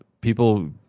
People